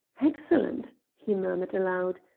excellent! he murmured aloud.